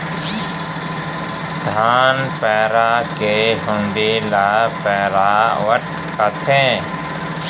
धान पैरा के हुंडी ल पैरावट कथें